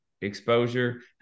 exposure